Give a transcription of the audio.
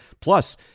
Plus